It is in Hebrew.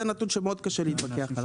זה נתון שמאוד קשה להתווכח.